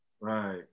Right